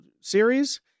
series